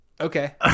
Okay